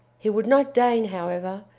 he would not deign, however,